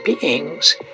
beings